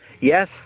Yes